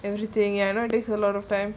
everything I know takes a lot of them